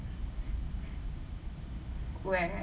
where